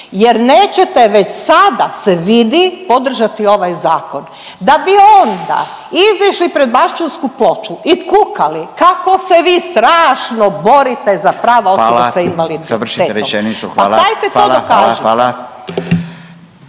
jer nećete, već sada se vidi podržati ovaj zakon, da bi onda izišli pred Baščanku ploču i kukali kako se vi strašno borite za prava osoba …/Upadica: Hvala, završite rečenicu, hvala./… sa